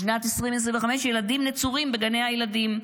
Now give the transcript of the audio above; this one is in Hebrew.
בשנת 2025 ילדים נצורים בגני הילדים.